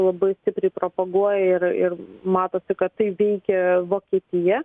labai stipriai propaguoja ir ir matosi kad tai veikia vokietiją